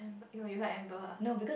oh you like Amber ah